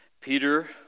Peter